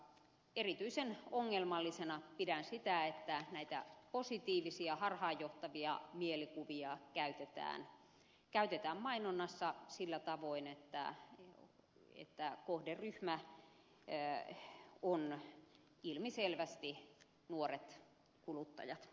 erityisen ongelmallisena pidän sitä että näitä positiivisia harhaanjohtavia mielikuvia käytetään mainonnassa sillä tavoin että kohderyhmänä ovat ilmiselvästi nuoret kuluttajat